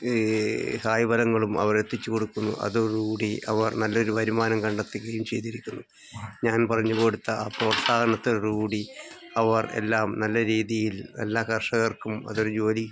കായ്ഫലങ്ങളും അവരെത്തിച്ചുകൊടുക്കുന്നു അതോടുകൂടി അവർ നല്ലൊരു വരുമാനം കണ്ടെത്തുകയും ചെയ്തിരിക്കുന്നു ഞാൻ പറഞ്ഞുകൊടുത്ത ആ പ്രോത്സാഹനത്തോടുകൂടി അവർ എല്ലാം നല്ല രീതിയിൽ എല്ലാ കർഷകർക്കും അതൊരു ജോലി